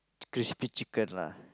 crispy chicken lah